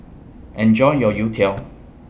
Enjoy your Youtiao